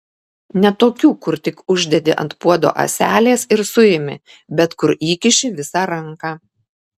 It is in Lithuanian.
ne tokių kur tik uždedi ant puodo ąselės ir suimi bet kur įkiši visą ranką